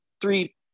three